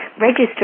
register